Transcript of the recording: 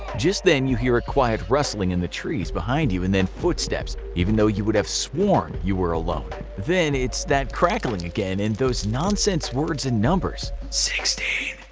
just then you hear a quiet rustling in the trees behind you, and then footsteps, even though you would have sworn you were alone. then it's that crackling again, and those nonsense words and numbers. sixteen.